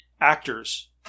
actors